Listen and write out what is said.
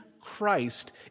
Christ